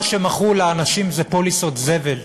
מה שמכרו לאנשים זה פוליסות זבל.